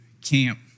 camp